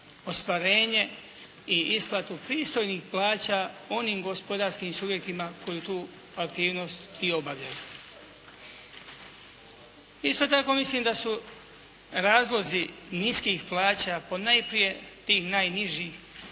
ostvarenje i isplatu pristojnih plaća onim gospodarskim subjektima koji tu aktivnost i obavljaju. Isto tako mislim da su razlozi niskih plaća ponajprije tih najnižih